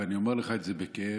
ואני אומר לך את זה בכאב,